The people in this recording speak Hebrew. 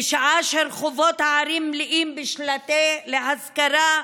בזמן שרחובות הערים מלאים בשלטי "להשכרה"